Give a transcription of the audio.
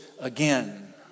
again